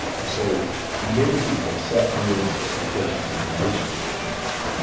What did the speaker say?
and so many people set unrealistic expectations in relationships, for instance,